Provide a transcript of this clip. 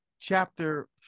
chapter